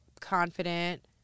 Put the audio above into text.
confident